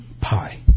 Pi